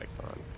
icon